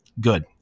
good